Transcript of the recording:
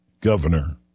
governor